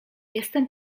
jestem